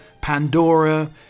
Pandora